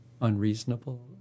unreasonable